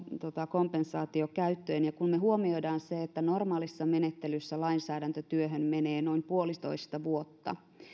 kompensaatiokäyttöön kun me huomioimme sen että normaalissa menettelyssä lainsäädäntötyöhön menee noin puolitoista vuotta